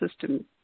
system